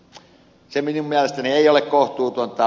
se minun mielestäni ei ole kohtuutonta